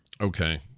Okay